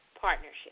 partnership